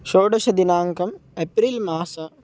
षोडशदिनाङ्कः एप्रिल् मासः